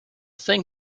thing